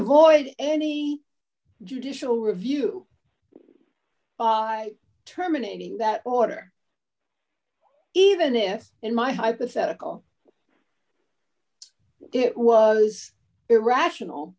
avoid any judicial review terminating that order even if in my hypothetical it was irrational